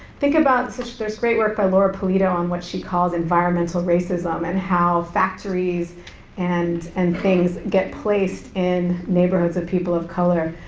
think about, there's great work by laura pulido on what she called environmental racism and how factories and and things get placed in neighborhoods of people of color,